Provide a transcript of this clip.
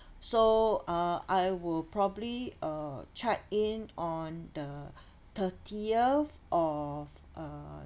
so uh I will probably uh check in on the thirtieth of uh